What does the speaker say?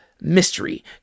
mystery